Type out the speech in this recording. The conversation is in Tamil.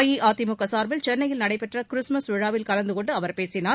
அஇஅதிமுக சார்பில் சென்னையில் நடைபெற்ற கிறிஸ்துமஸ் விழாவில் கலந்து கொண்டு அவர் பேசினார்